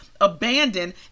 abandon